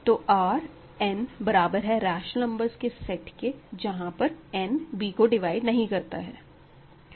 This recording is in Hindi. तो R n बराबर है रैशनल नंबर्स के सेट के जहाँ पर n b को डिवाइड नहीं करता है